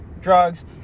drugs